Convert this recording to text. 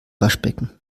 waschbecken